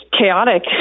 chaotic